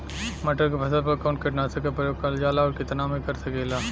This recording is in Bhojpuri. मटर के फसल पर कवन कीटनाशक क प्रयोग करल जाला और कितना में कर सकीला?